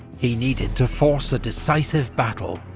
he needed to force a decisive battle,